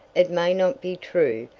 it may not be true,